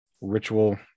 ritual